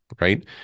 right